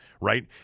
right